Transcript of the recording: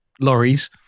lorries